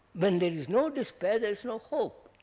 when there is no despair there is no hope.